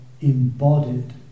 embodied